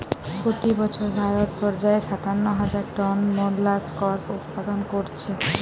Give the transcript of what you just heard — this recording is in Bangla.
পোতি বছর ভারত পর্যায়ে সাতান্ন হাজার টন মোল্লাসকস উৎপাদন কোরছে